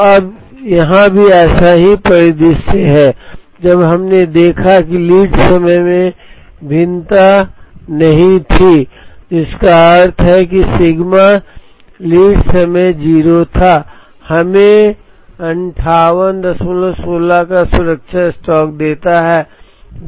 तो अब यहाँ भी ऐसा ही परिदृश्य है संदर्भ समय 3148 देखें जब हमने देखा कि लीड समय में भिन्नता नहीं थी जिसका अर्थ है कि सिग्मा लीड समय 0 था हमें 5816 का सुरक्षा स्टॉक देता हैं